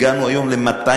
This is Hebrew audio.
הגענו היום ל-200,000.